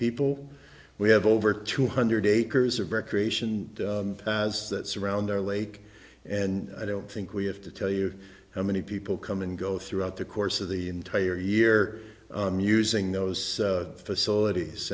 people we have over two hundred acres of recreation as that surround their lake and i don't think we have to tell you how many people come and go throughout the course of the entire year using those facilities